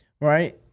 right